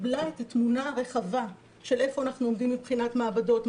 קיבלה את התמונה הרחבה של איפה אנחנו עומדים מבחינת מעבדות,